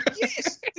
Yes